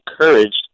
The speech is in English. encouraged